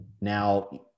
now